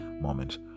moment